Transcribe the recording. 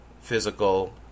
physical